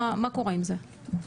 מה קורה עם זה?